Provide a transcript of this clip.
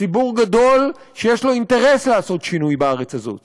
ציבור גדול שיש לו אינטרס לעשות שינוי בארץ הזאת